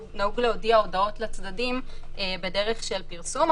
נהוג להודיע הודעות לצדדים בדרך של פרסום,